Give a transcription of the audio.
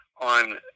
on